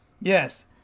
Yes